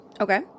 Okay